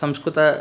संस्कृतम्